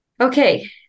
Okay